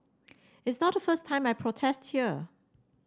it's not first time I protest here